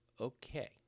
Okay